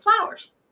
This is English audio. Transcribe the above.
flowers